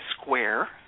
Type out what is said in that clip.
square